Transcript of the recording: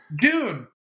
Dune